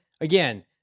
again